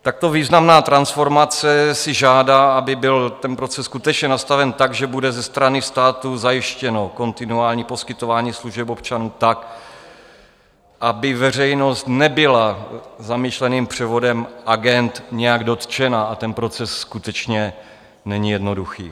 Takto významná transformace si žádá, aby byl ten proces skutečně nastaven tak, že bude ze strany státu zajištěno kontinuální poskytování služeb občanům tak, aby veřejnost nebyla zamýšleným převodem agend nějak dotčena, a ten proces skutečně není jednoduchý.